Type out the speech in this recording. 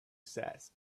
says